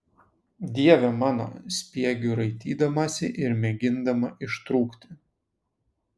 dieve mano spiegiu raitydamasi ir mėgindama ištrūkti